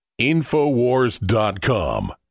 infowars.com